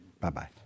Bye-bye